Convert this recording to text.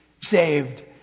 saved